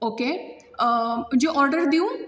okay म्हणजे order दिवं